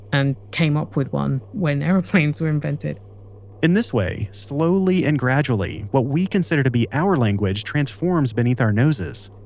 and came up with one when airplanes were invented in this way, slowly, and gradually, what we consider to be our language transforms beneath our noses